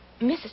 Mrs